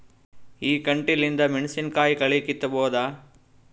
ಈ ಕಂಟಿಲಿಂದ ಮೆಣಸಿನಕಾಯಿ ಕಳಿ ಕಿತ್ತಬೋದ?